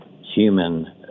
human